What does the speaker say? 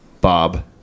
Bob